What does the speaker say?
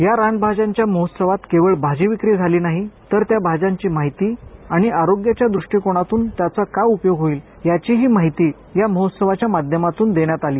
या रानभाज्यांच्या महोत्सवात केवळ भाजीविक्री झाली नाही तर त्या भाज्यांची माहिती आणि आरोग्याच्या दृष्टीकोनातून त्याचा काय उपयोग होईल याचीही माहितीही या महोत्सावाच्या माध्यमातून देण्यात आली